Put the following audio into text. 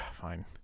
fine